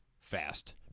fast